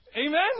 Amen